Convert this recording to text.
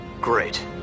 Great